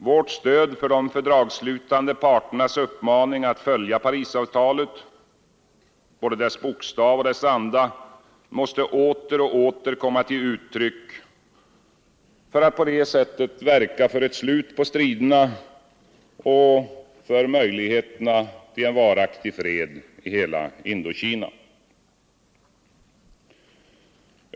Vårt stöd för de fördragsslutande parternas uppmaning att följa Parisavtalet — både dess bokstav och dess anda — måste åter och åter komma till uttryck för att på så sätt verka för ett slut på striderna och för möjligheter till en varaktig fred i hela Indokina.